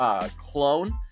Clone